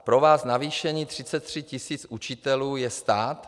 Pro vás navýšení 33 tisíc učitelů je stát.